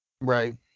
Right